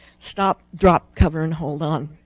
stop, drop, cover, and hold on.